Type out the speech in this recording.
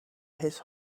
his